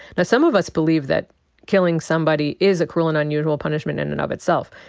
now, some of us believe that killing somebody is a cruel and unusual punishment in and of itself.